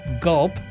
Gulp